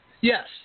Yes